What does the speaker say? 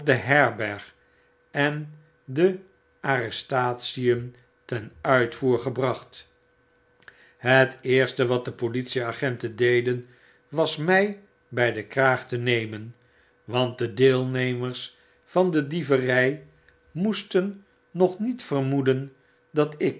de herberg en de arrestatien ten uitvoer gebracht het eerste wat de politieagenten deden was mij bij den kraag te nemen want de deelnemers van de dievery raoesten nog niet vermoeden dat ik